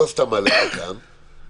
והכול נמצא מרוכז במקום אחד בלחיצת כפתור?